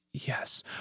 Yes